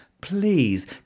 please